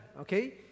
okay